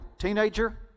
Teenager